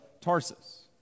Tarsus